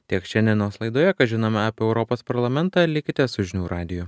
tiek šiandienos laidoje ką žinome apie europos parlamentą likite su žinių radiju